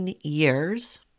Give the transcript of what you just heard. years